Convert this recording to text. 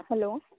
hello